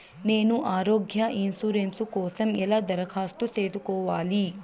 నేను ఆరోగ్య ఇన్సూరెన్సు కోసం ఎలా దరఖాస్తు సేసుకోవాలి